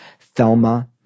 Thelma